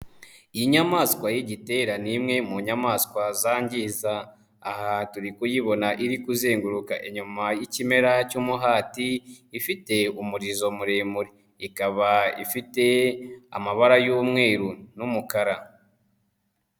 Iyi nyamaswa y'igitera ni imwe mu nyamaswa zangiza. Aha turi kuyibona iri kuzenguruka inyuma y'ikimera cy'umuhati. Ifite umurizo muremure ikaba ifite amabara y'umweru n'umukara.